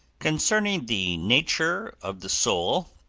concerning the nature of the soul,